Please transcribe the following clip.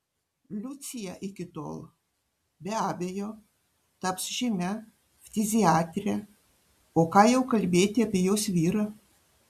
liucija iki tol be abejo taps žymia ftiziatre o ką jau kalbėti apie jos vyrą